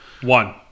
One